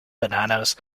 bananas